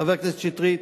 חבר הכנסת שטרית,